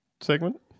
segment